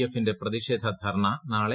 എഫിന്റെ പ്രതിഷേധ ധർണ്ണ നാളെ